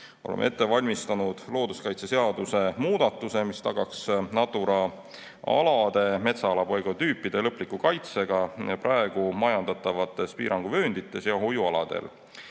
Oleme ette valmistanud looduskaitseseaduse muudatuse, mis tagaks Natura alade metsaelupaigatüüpide lõpliku kaitse ka praegu majandatavates piiranguvööndites ja hoiualadel.